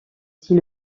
dit